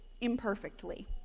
imperfectly